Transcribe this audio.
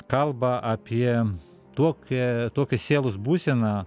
kalba apie tokią tokią sielos būseną